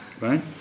right